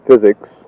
Physics